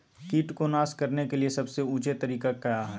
किट को नास करने के लिए सबसे ऊंचे तरीका काया है?